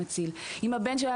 שהילד לא